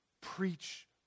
preach